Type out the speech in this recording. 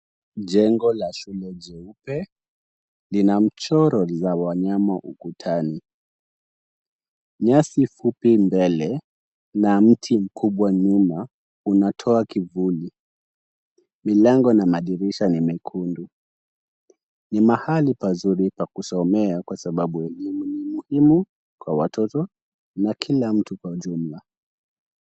Jengo la shule jeupe lina mchoro la wanyama ukutani , nyasi fupi mbele na mti mkubwa nyuma unatoa kivuli ,milango na madirisha ni mekundu ,ni mahali pazuri pa kusomea kwa sababu elimu ni muhimu kwa watoto na kila mtu kwa jumla.